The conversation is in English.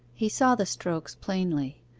he saw the strokes plainly,